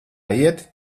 iet